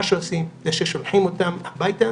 מה שעושים זה ששולחים אותם הביתה